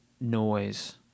noise